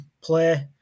play